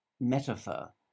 metaphor